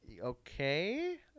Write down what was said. Okay